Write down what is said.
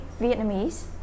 Vietnamese